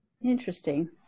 Interesting